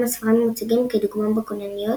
גם הספרים המוצגים כדוגמה בכונניות